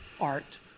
art